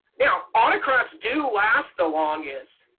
now, autocrats do last the longest,